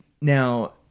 now